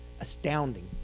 astounding